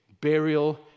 burial